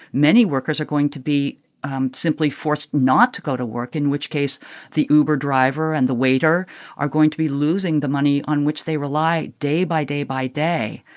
many workers are going to be simply forced not to go to work, in which case the uber driver and the waiter are going to be losing the money on which they rely day by day by day.